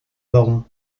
baron